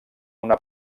una